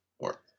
work